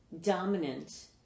dominant